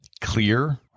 clear